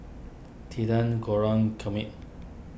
Tilden Kermit